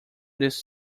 this